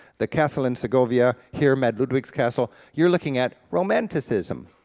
the castle in segovia, here mad ludwig's castle, you're looking at romanticism.